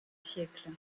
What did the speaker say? siècles